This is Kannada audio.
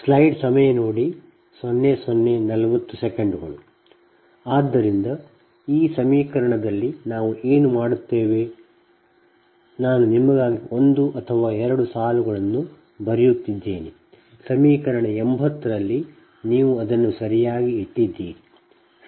ಆದ್ದರಿಂದ ಈ ಸಮೀಕರಣದಲ್ಲಿ ನಾವು ಏನು ಮಾಡುತ್ತೇವೆ ನಾನು ನಿಮಗಾಗಿ ಒಂದು ಅಥವಾ 2 ಸಾಲುಗಳನ್ನು ಬರೆಯುತ್ತಿದ್ದೇನೆ ಈ ಸಮೀಕರಣ 80 ರಲ್ಲಿ ನೀವು ಅದನ್ನು ಸರಿಯಾಗಿ ಇಟ್ಟಿದ್ದೀರಿ